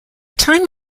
time